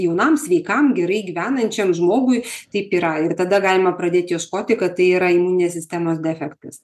jaunam sveikam gerai gyvenančiam žmogui taip yra ir tada galima pradėti ieškoti kad tai yra imuninės sistemos defektas